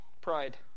Pride